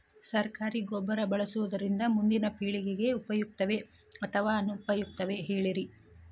ಸರಕಾರಿ ಗೊಬ್ಬರ ಬಳಸುವುದರಿಂದ ಮುಂದಿನ ಪೇಳಿಗೆಗೆ ಉಪಯುಕ್ತವೇ ಅಥವಾ ಅನುಪಯುಕ್ತವೇ ಹೇಳಿರಿ